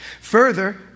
Further